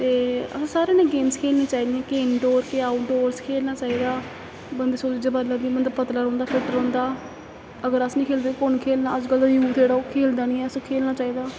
ते असें सारें ने गेम्स खेलनी चाहिदियां केह् इंडोर केह् आउटडोरस खेलना चाहिदा बंदे सौ चीजां पता लगदा बंदा पतला रौंह्दा फिट रौंह्दा अगर अस निं खेलदे कु'न खेलना अज्जकल दा यूथ जेह्ड़ा ओह् खेलदा निं ऐ अस खेलना चाहिदा